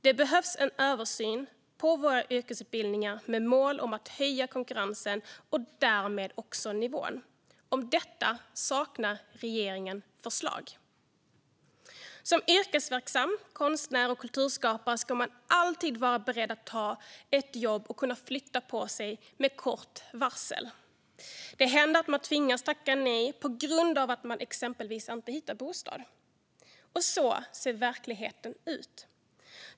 Det behövs en översyn av våra yrkesutbildningar med målet att höja konkurrensen och därmed också nivån. Om detta saknar regeringen förslag. Som yrkesverksam konstnär och kulturskapare ska man alltid vara beredd att ta ett jobb och flytta på sig med kort varsel. Det händer att man tvingas tacka nej på grund av att man exempelvis inte hittar bostad. Så ser verkligheten ut.